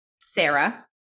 Sarah